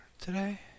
today